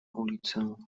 ulicę